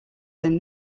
than